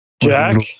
Jack